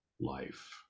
life